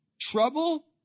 Trouble